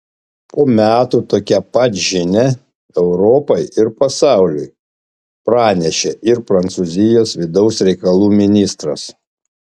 po metų tokią pat žinią europai ir pasauliui pranešė ir prancūzijos vidaus reikalų ministras